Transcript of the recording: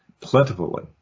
plentifully